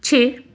ਛੇ